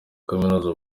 kaminuza